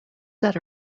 set